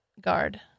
guard